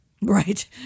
Right